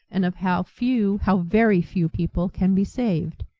and of how few, how very few people, can be saved,